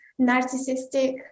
narcissistic